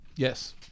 Yes